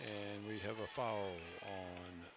and we have a file and